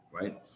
right